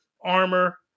armor